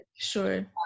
Sure